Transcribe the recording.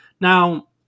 Now